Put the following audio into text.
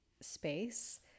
space